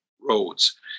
roads